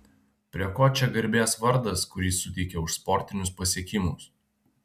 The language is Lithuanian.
prie ko čia garbės vardas kurį suteikė už sportinius pasiekimus